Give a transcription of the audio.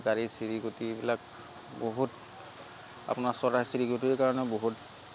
গাড়ী চিৰিকটি এইবিলাক বহুত আপোনাৰ চৰাই চিৰিকটিৰ কাৰণেও বহুত